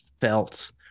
felt